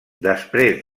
després